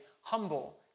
humble